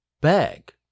bag